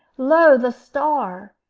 lo! the star,